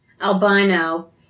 albino